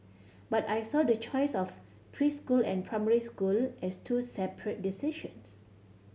but I saw the choice of preschool and primary school as two separate decisions